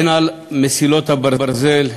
הן על מסילות הברזל,